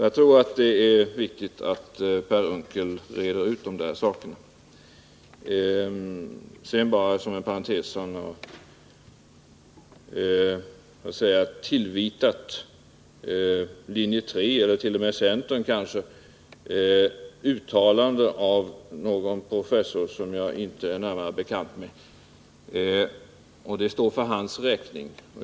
Jag tror att det är viktigt att Per Unckel reder ut den saken. Inom parentes ett par ord som tillvitats linje 3 eller kanske t.o.m. centern. Det gäller ett uttalande av en professor Sternglass, som jag inte är närmare bekant med, och det får stå för hans räkning.